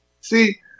see